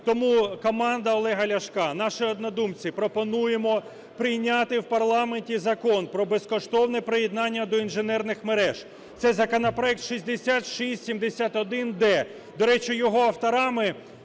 Тому команда Олега Ляшка, наші однодумці, пропонуємо прийняти в парламенті Закон про безкоштовне приєднання до інженерних мереж - це законопроект 6671-д. До речі, його авторами